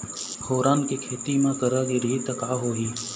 फोरन के खेती म करा गिरही त का होही?